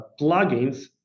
plugins